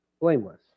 Blameless